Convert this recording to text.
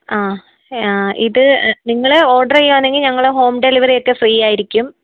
ആ ഇത് നിങ്ങൾ ഓർഡർ ചെയ്യുവാണെങ്കിൽ ഞങ്ങൾ ഹോം ഡെലിവറി ഒക്കെ ഫ്രീ ആയിരിക്കും